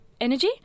Energy